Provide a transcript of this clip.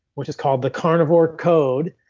which is called the carnivore code.